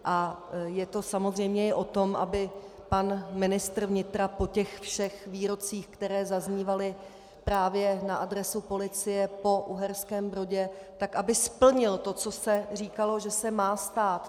A je to samozřejmě i o tom, aby pan ministr vnitra po těch všech výrocích, které zaznívaly právě na adresu policie po Uherském Brodě, tak aby splnil to, co se říkalo, že se má stát.